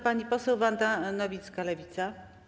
Pani poseł Wanda Nowicka, Lewica.